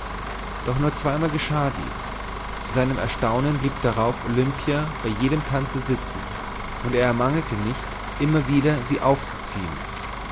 doch nur zweimal geschah dies zu seinem erstaunen blieb darauf olimpia bei jedem tanze sitzen und er ermangelte nicht immer wieder sie aufzuziehen